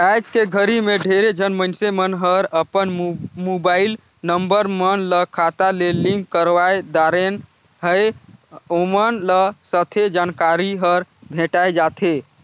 आइज के घरी मे ढेरे झन मइनसे मन हर अपन मुबाईल नंबर मन ल खाता ले लिंक करवाये दारेन है, ओमन ल सथे जानकारी हर भेंटाये जाथें